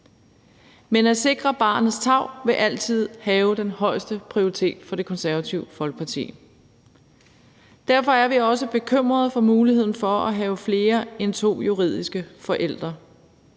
Men at sikre barnets tarv vil altid have den højeste prioritet for Det Konservative Folkeparti. Derfor er vi også bekymrede for muligheden for at have flere end to juridiske forældre.